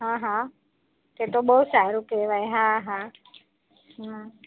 હા હા એતો બહુ સારું કહેવાય હા હા હં